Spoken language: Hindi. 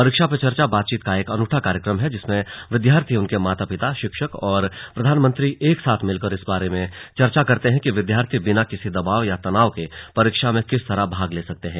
परीक्षा पे चर्चा बातचीत का एक अनूठा कार्यक्रम है जिसमें विद्यार्थी उनके माता पिता शिक्षक और प्रधानमंत्री एक साथ मिलकर इस बारे में चर्चा करते हैं कि विद्यार्थी बिना किसी दबाव या तनाव के परीक्षाओं में किस तरह भाग ले सकते हैं